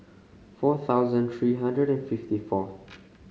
four thousand three hundred and fifty fourth